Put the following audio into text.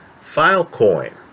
Filecoin